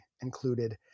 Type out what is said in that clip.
included